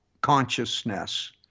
consciousness